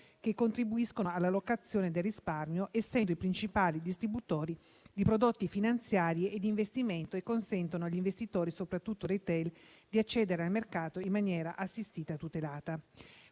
che contribuiscono all'allocazione del risparmio, essendo i principali distributori di prodotti finanziari e di investimento e consentono agli investitori, soprattutto *retail*, di accedere al mercato in maniera assistita e tutelata.